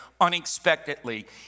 unexpectedly